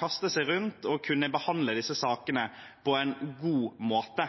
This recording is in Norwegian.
kaste seg rundt og behandle disse sakene på en god måte,